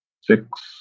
six